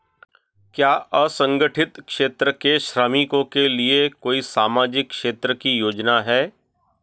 क्या असंगठित क्षेत्र के श्रमिकों के लिए कोई सामाजिक क्षेत्र की योजना है?